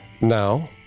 Now